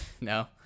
No